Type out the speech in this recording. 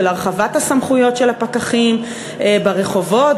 של הרחבת הסמכויות של הפקחים ברחובות,